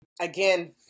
Again